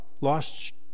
Lost